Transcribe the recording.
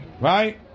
Right